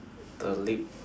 a lip